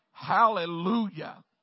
Hallelujah